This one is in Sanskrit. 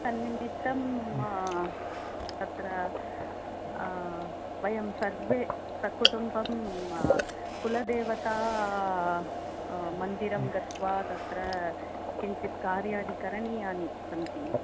तन्निमित्तं अत्र वयं सर्वे सकुटुम्बं कुलदेवता मन्दिरं गत्वा तत्र किञ्चित् कार्याणि करणीयानि सन्ति